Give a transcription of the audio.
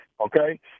okay